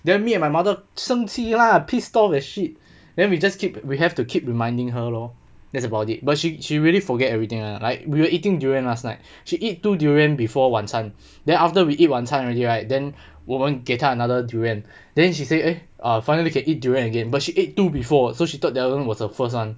then me and my mother 生气 lah pissed off and shit then we just keep we have to keep reminding her lor that's about it but she she really forget everything ah like we were eating durian last night she eat two durian before 晚餐 then after we eat 晚餐 already right then 我们给他 another durian then she say eh finally can eat durian again but she ate two before so she thought the other one was the first one